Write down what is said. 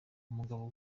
umugabo